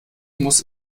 muss